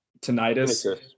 tinnitus